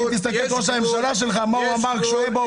כי תסתכל על ראש הממשלה שלך,